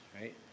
right